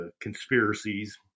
conspiracies